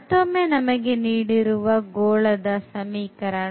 ಮತ್ತೊಮ್ಮೆ ನಮಗೆ ನೀಡಿರುವ ಗೋಳದ ಸಮೀಕರಣ